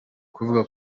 kubivuga